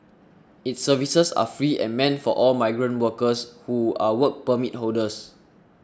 its services are free and meant for all migrant workers who are Work Permit holders